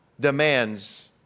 demands